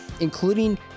including